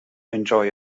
enjoy